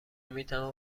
میتوان